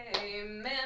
Amen